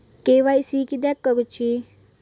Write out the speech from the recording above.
KYC किदयाक करूची?